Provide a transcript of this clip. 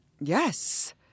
Yes